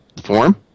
form